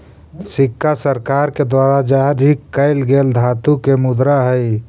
सिक्का सरकार के द्वारा जारी कैल गेल धातु के मुद्रा हई